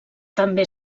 també